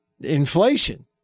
inflation